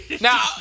Now